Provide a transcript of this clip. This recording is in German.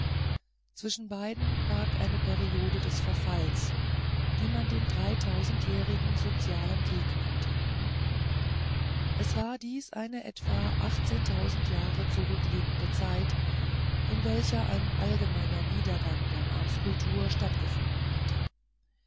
zwischen beiden lag eine periode des verfalls die man den dreitausendjährigen sozialen krieg nannte es war dies eine jetzt etwa jahre zurückliegende zeit in welcher ein allgemeiner niedergang der marskultur stattgefunden hatte